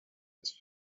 its